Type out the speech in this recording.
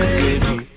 baby